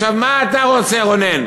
עכשיו, מה אתה רוצה, רונן?